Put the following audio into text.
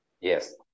Yes